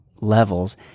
levels